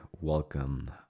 welcome